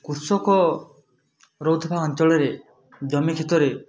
କୃଷକ ରହୁଥୁବା ଅଞ୍ଚଳରେ ଜମି କ୍ଷେତରେ